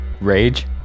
Rage